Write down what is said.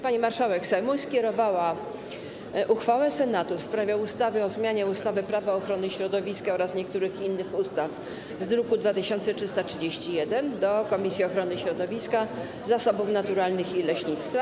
Pani marszałek Sejmu skierowała uchwałę Senatu w sprawie ustawy o zmianie ustawy - Prawo ochrony środowiska oraz niektórych innych ustaw, druk nr 2331, do Komisji Ochrony Środowiska Zasobów Naturalnych i Leśnictwa.